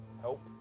help